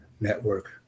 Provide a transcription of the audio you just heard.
network